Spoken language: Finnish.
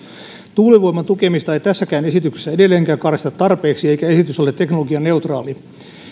tuulivoiman tukemista ei tässäkään esityksessä edelleenkään karsita tarpeeksi eikä esitys ole teknologianeutraali